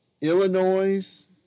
Illinois